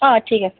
অঁ ঠিক আছে